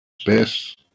space